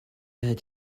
had